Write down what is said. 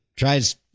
Tries